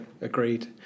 Agreed